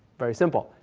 very simple.